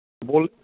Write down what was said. बल